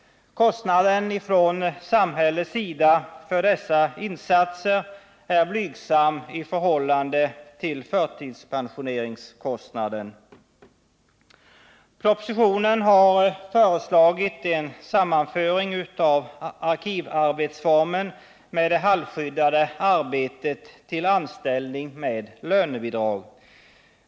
Samhällets kostnad för dessa insatser är blygsam i förhållande till förtidspensioneringskostnaden. Propositionen har föreslagit en sammanföring av arkivarbetsformen med det halvskyddade arbetet till anställning med lönebidrag.